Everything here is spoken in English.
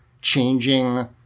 changing